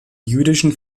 jüdischen